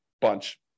bunch